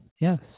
yes